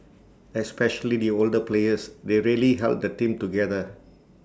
especially the older players they really held the team together